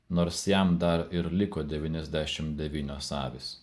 nors jam dar ir liko devyniasdešim devynios avys